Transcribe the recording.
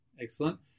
Excellent